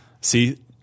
See